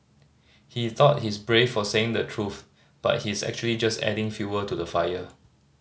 he thought he's brave for saying the truth but he's actually just adding fuel to the fire